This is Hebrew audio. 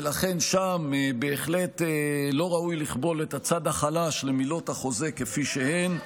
ולכן שם בהחלט לא ראוי לכבול את הצד החלש למילות החוזה כפי שהן.